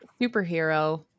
superhero